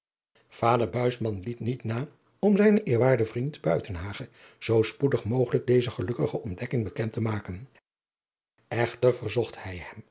buisman liet niet na om zijnen eerwaarden vriend buitenhagen zoo spoedig mogelijk deze gelukkige ontdekking bekend te maken echter verzocht hij hem